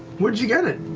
where'd you get it?